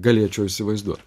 galėčiau įsivaizduot